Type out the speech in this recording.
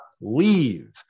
leave